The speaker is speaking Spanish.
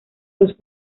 los